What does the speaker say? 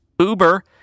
Uber